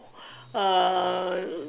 uh